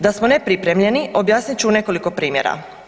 Da smo nepripremljeni objasnit ću u nekoliko primjera.